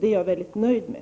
Det är jag mycket nöjd med.